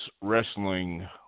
wrestling